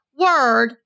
word